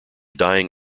dying